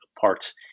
parts